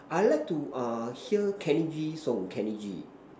I like to uh hear Kenny G song Kenny G